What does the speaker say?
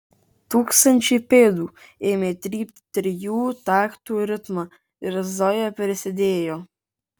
tūkstančiai pėdų ėmė trypti trijų taktų ritmą ir zoja prisidėjo